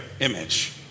image